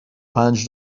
پنج